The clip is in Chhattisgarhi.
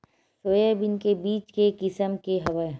सोयाबीन के बीज के किसम के हवय?